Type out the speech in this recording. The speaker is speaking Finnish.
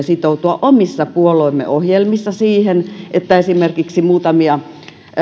sitoutua omissa puolueemme ohjelmissa siihen että esimerkiksi muutamia